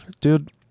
Dude